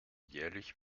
jährlich